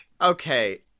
okay